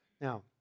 Now